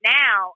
now